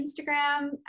Instagram